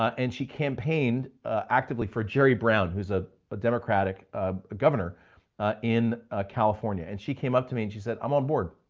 ah and she campaigned actively for jerry brown, who's a but democratic ah governor in california. and she came up to me and she said, i'm on board,